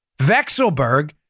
Vexelberg